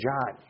John